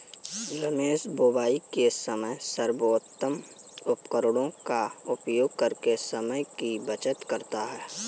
रमेश बुवाई के समय सर्वोत्तम उपकरणों का उपयोग करके समय की बचत करता है